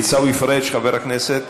עיסאווי פריג' חבר הכנסת,